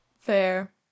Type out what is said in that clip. fair